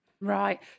Right